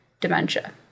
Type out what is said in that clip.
dementia